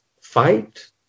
fight